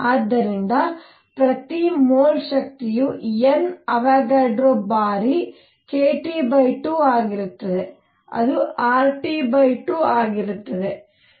ಆದ್ದರಿಂದ ಪ್ರತಿ ಮೋಲ್ ಶಕ್ತಿಯು N ಅವೊಗಡ್ರೊ ಬಾರಿ kT2 ಆಗಿರುತ್ತದೆ ಅದು RT2 ಆಗಿರುತ್ತದೆ